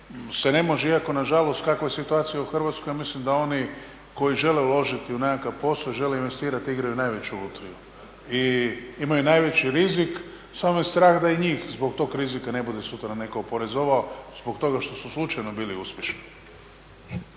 se ne može, iako nažalost kakva je situacija u Hrvatskoj ja mislim da oni koji žele uložiti u nekakav posao i žele investirati igraju najveću lutriju i imaju najveći rizik, samo me strah da i njih zbog tog rizika ne bude sutra netko oporezovao zbog toga što su slučajno bili uspješni.